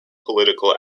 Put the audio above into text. political